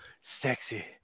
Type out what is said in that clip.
Sexy